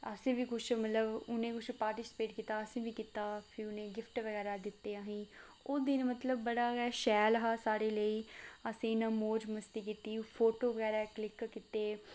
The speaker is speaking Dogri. अस बी मतलब उ'नें किश पार्टिसिपेट असें बी कीता फ्ही उ'नें गी गिफ्ट बगैरा दित्ते असें ओह् दिन मतलब बड़ा गै शैल हा सारें लेई असें इ'यां मौज मस्ती कीती फोटो बगैरा क्लिक कीते